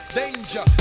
danger